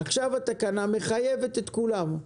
עכשיו התקנה מחייבת את כולם.